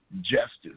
justice